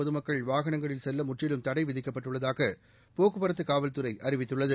பொதுமக்கள் வாகனங்களில் செல்ல முற்றிலும் தடை விதிக்கப்பட்டுள்ளதாக போக்குவரத்து காவல்துறை அறிவித்துள்ளது